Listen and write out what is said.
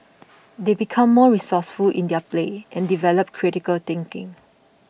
they become more resourceful in their play and develop critical thinking